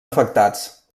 afectats